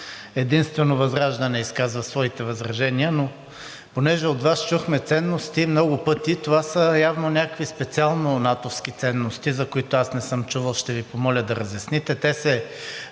Единствено ВЪЗРАЖДАНЕ изказа своите възражения, но тъй като от Вас чухме ценности много пъти, това са явно някакви специално натовски ценности, за които аз не съм чувал и ще Ви помоля да разясните. Те